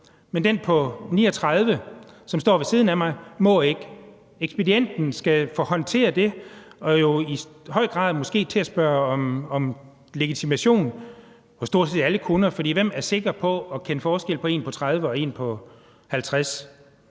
den person på 39 år, som står ved siden af mig, må ikke. Ekspedienten skal håndtere det og jo i høj grad måske til at spørge om legitimation hos stort set alle kunder, for hvem er sikker på at kende forskel på en på 30 år og en på 50